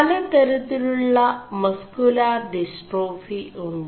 പലതരøിലുø muscular dystrophy uh